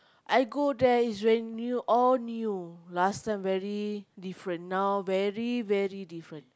I go there is very new all new last time very different now very very different